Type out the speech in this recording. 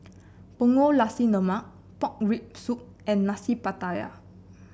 Punggol Nasi Lemak Pork Rib Soup and Nasi Pattaya